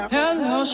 Hello